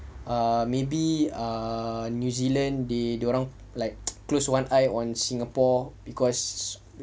err maybe err new zealand they dia orang like closed one eye on singapore because